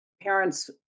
parents